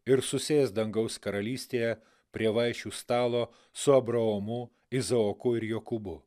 ir susės dangaus karalystėje prie vaišių stalo su abraomu izaoku ir jokūbu